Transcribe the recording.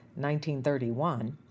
1931